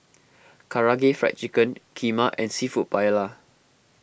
Karaage Fried Chicken Kheema and Seafood Paella